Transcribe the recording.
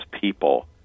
people